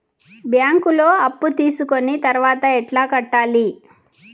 బ్యాంకులో అప్పు తీసుకొని తర్వాత ఎట్లా కట్టాలి?